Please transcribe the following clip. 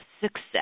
success